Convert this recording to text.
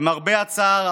למרבה הצער,